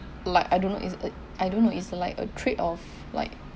like I don't know it's uh I don't know it's like a trade off like